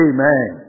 Amen